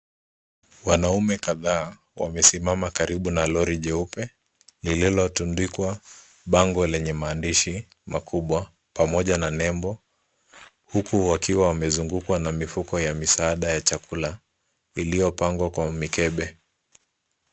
Wanaume kadhaa wamesimama karibu na lori jeupe lililotundikwa bango lenye maandishi makubwa pamoja na nebo, huku wakiwa wamezugukwa na mifuko ya misaada ya chakula iliyopangwa kwa mikebe.